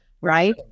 Right